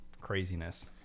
craziness